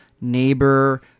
neighbor